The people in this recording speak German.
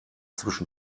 zwischen